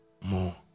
more